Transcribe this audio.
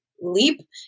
leap